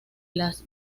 las